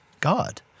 God